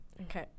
Okay